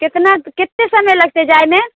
कितना कते समय लगते जाइमे